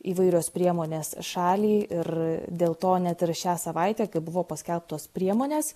įvairios priemonės šalį ir dėl to net ir šią savaitę kai buvo paskelbtos priemonės